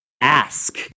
ask